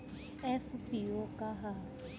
FPO का ह?